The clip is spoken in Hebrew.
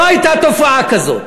לא הייתה תופעה כזו.